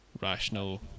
rational